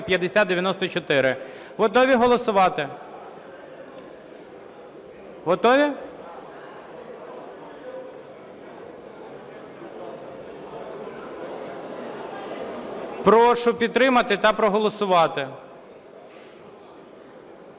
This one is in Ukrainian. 5094). Готові голосувати? Готові? Прошу підтримати та проголосувати.